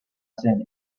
zen